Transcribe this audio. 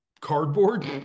cardboard